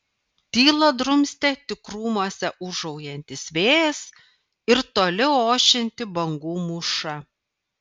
tylą drumstė tik krūmuose ūžaujantis vėjas ir toli ošianti bangų mūša